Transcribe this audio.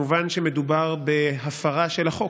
כמובן שמדובר בהפרה של החוק,